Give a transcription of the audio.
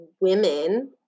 women